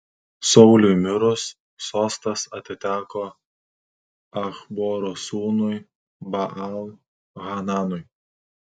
sauliui mirus sostas atiteko achboro sūnui baal hananui